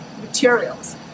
materials